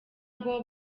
ngo